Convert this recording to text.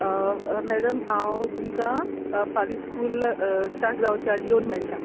madam हांव तुमकां फाल्यां स्कूल स्टार्ट जावचे आदी येवन मेळटा